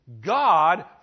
God